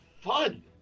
fun